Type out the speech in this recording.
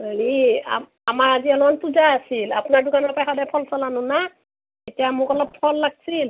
হেৰি আমাৰ আজি অলপমান পূজা আছিল আপোনাৰ দোকানৰ পৰা সদাই ফল চল আনো ন এতিয়া মোক অলপ ফল লাগিছিল